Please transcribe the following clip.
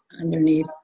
underneath